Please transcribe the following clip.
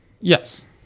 Yes